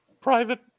Private